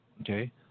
okay